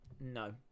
No